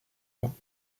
vent